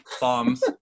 bombs